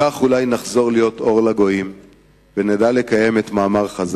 וכך אולי נחזור להיות אור לגויים,